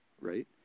right